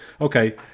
okay